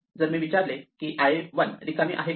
जर मी विचारले की I 1 रिकामी आहे का